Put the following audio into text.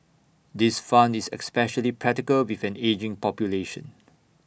this fund is especially practical with an ageing population